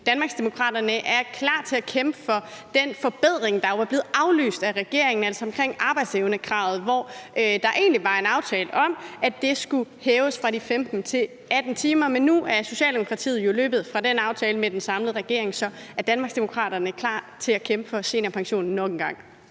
Danmarksdemokraterne er klar til at kæmpe for den forbedring, der jo var blevet aflyst af regeringen, altså omkring arbejdsevnekravet, hvor der egentlig var en aftale om, at det skulle hæves fra 15 til 18 timer. Men nu er Socialdemokratiet jo løbet fra den aftale med den samlede regering. Så er Danmarksdemokraterne klar til at kæmpe for seniorpensionen nok en gang?